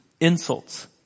insults